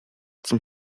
zum